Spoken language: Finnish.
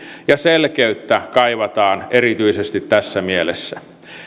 ja selkeyttä kaivataan erityisesti tässä mielessä